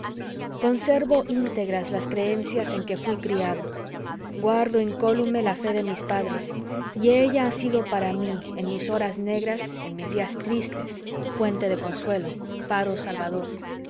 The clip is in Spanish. conservo íntegras las creencias en que fuí criado guardo incólume la fe de mis padres y ella ha sido para mí en mis horas negras en mis días tristes fuente de consuelo faro salvador